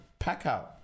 Packout